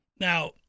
Now